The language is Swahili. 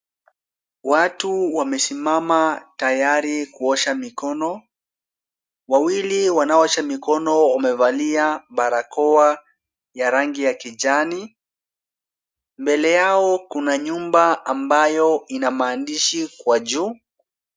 Watu wamesimama tayari kuosha mikono, wawili wanaoosha mikono wamevalia barakoa ya rangi ya kijani, mbele yao kuna nyumba ambayo ina maandishi kwa juu.